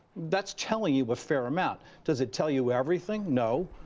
that's telling you a fair amount. does it tell you everything? no.